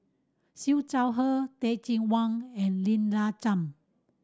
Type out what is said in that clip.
Siew Shaw Her Teh Cheang Wan and Lina Chiam